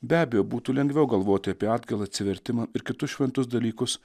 be abejo būtų lengviau galvoti apie atgailą atsivertimą ir kitus šventus dalykus